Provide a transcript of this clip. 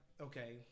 okay